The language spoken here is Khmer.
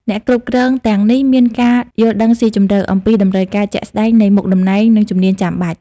អ្នកគ្រប់គ្រងទាំងនេះមានការយល់ដឹងស៊ីជម្រៅអំពីតម្រូវការជាក់ស្តែងនៃមុខតំណែង និងជំនាញចាំបាច់។